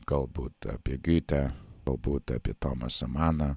galbūt apie giotę galbūt apie tomasą maną